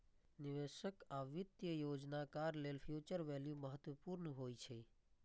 निवेशक आ वित्तीय योजनाकार लेल फ्यूचर वैल्यू महत्वपूर्ण होइ छै